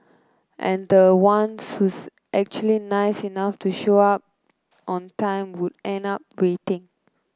and the one who's actually nice enough to show up on time would end up waiting